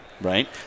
right